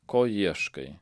ko ieškai